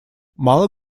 мало